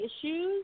issues